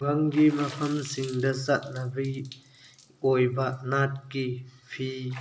ꯈꯨꯡꯒꯪꯒꯤ ꯃꯐꯝꯁꯤꯡꯗ ꯆꯠꯅꯕꯤ ꯑꯣꯏꯕ ꯅꯥꯠꯀꯤ ꯐꯤ